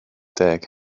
deg